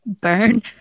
Burn